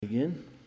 Again